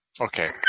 Okay